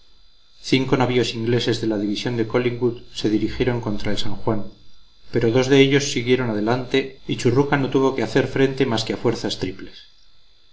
cinco navíos ingleses de la división de collingwood se dirigieron contra el san juan pero dos de ellos siguieron adelante y churruca no tuvo que hacer frente más que a fuerzas triples